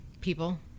people